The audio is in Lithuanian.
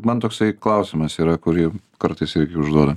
man toksai klausimas yra kurį kartais irgi užduodu